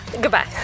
goodbye